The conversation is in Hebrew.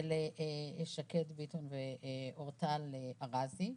ולשקד ביטון ואורטל ארזי.